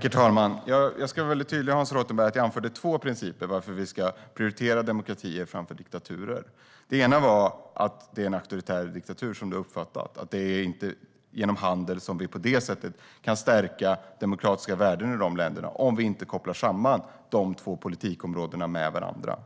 Herr talman! Jag ska vara tydlig med att jag anförde två principer för varför vi ska prioritera demokratier framför diktaturer. Den ena var att det, som Hans Rothenberg uppfattat, är en auktoritär diktatur. Det är inte genom handel vi kan stärka demokratiska värden i de länderna - om vi inte kopplar samman de två politikområdena med varandra.